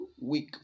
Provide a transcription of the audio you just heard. Week